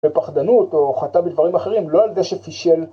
בפחדנות או חטא בדברים אחרים, לא על זה שפישל.